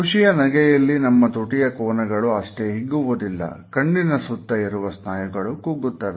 ಖುಷಿಯ ನಗೆಯಲ್ಲಿ ನಮ್ಮ ತುಟಿಯ ಕೋನಗಳು ಅಷ್ಟೇ ಹಿಗ್ಗುವುದಿಲ್ಲ ಕಣ್ಣಿನ ಸುತ್ತ ಇರುವ ಸ್ನಾಯುಗಳು ಕುಗ್ಗುತ್ತವೆ